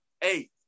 Hey